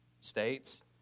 states